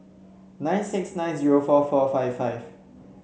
nine seven nine zero four four five five